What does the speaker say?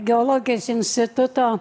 geologijos instituto